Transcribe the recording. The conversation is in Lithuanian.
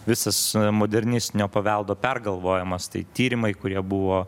visas modernistinio paveldo pergalvojimas tai tyrimai kurie buvo